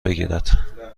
بگیرد